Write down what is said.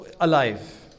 Alive